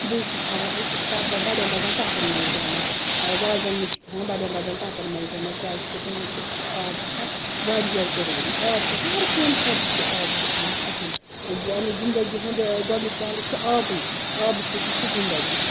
بیٚیہِ چھِ تھاوان أسۍ ٹَپَ بَڑیٚن بَڑیٚن ٹَپَن مَنٛز جَمَع وازَن نِش چھِ تھاوان بَڑیٚن بَڑیٚن ٹَپَن مَنٛز جَمَع کیاز کہِ تِمَن چھُ آب واریاہ ضروٗری آب چھ آسان ہر کٔنۍ خٲطرٕ چھُ آب اہم سانہِ زِنٛدَگی ہُنٛد گۄڈنیُک پہلوٗ چھُ آبی آبہٕ سۭتی چھِ زِندَگی